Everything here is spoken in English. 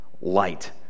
light